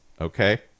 Okay